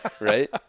right